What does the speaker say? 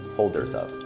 holders of.